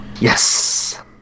Yes